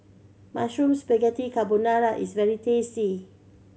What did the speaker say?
Mushroom Spaghetti Carbonara is very tasty